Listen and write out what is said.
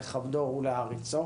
לכבדו ולהעריצו